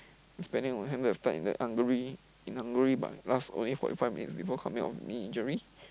expanding on in Hungary in Hungary but last only forty five minutes before coming out with knee injury